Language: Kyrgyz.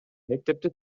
мектепти